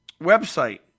website